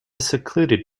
secluded